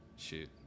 Shoot